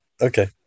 Okay